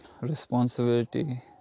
responsibility